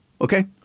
Okay